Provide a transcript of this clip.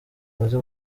maze